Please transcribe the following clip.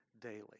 daily